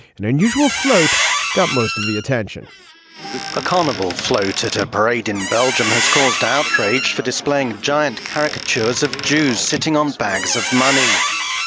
an unusual float got most of the attention a carnival floats to to parade in belgium has caused outrage for displaying giant caricatures of jews sitting on stacks of money oy.